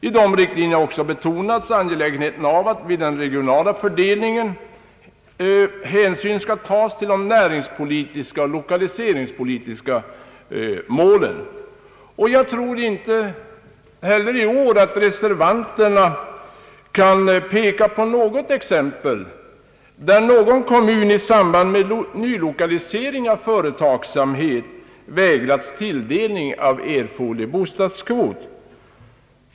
I dessa riktlinjer har också betonats angelägenheten av att vid den regionala fördelningen hänsyn tas till de näringspolitiska och = lokaliseringspolitiska målen. Reservanterna kan nog inte heller i år peka på något exempel där en kommun i samband med nylokalisering av företagsamhet vägrats tilldelning av erforderlig bostadskvot.